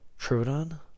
Trudon